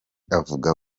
avuga